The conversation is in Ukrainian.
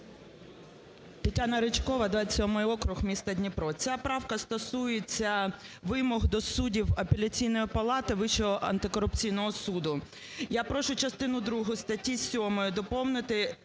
ТетянаРичкова, 27 округ, місто Дніпро. Ця правка стосується вимог до суддів Апеляційної палати Вищого антикорупційного суду. Я прошу частину другу статті 7 доповнити